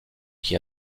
qui